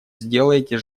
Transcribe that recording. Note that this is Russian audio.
сделайте